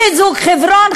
חיזוק חברון,